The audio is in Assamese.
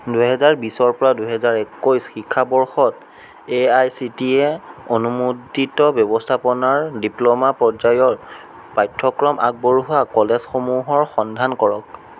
দুইহেজাৰ বিশৰ পৰা দুইহেজাৰ একৈছ শিক্ষাবৰ্ষত এ আই চি টিয়ে অনুমোদিত ব্যৱস্থাপনাৰ ডিপ্ল'মা পৰ্যায়ৰ পাঠ্যক্ৰম আগবঢ়োৱা কলেজসমূহৰ সন্ধান কৰক